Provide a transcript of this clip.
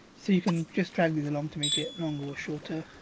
so you can just drag these along to make it longer or shorter.